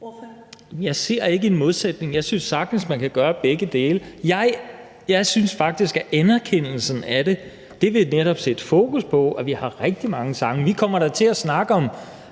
Jeg ser ikke en modsætning. Jeg synes sagtens, man kan gøre begge dele. Jeg synes faktisk, at anerkendelsen af det netop vil sætte fokus på, at vi har rigtig mange sange. Vi kommer da til at snakke om,